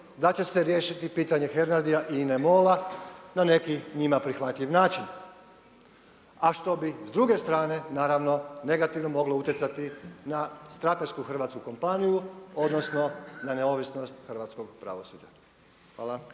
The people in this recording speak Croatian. da će se riješiti pitanje Hernadia i INA MOL-a na neki njima prihvatljiv način. A što bi s druge strane naravno negativno moglo utjecati na stratešku hrvatsku kompaniju, odnosno na neovisnost hrvatskog pravosuđa. Hvala.